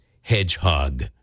Hedgehog